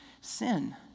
sin